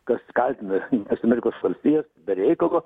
kas kaltina jungtines amerikos valstijas be reikalo